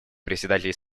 председателей